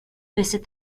visit